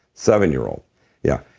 seven year-old yeah.